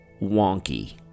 wonky